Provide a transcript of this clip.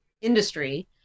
industry